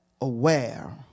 aware